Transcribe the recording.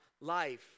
life